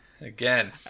again